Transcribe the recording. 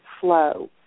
flow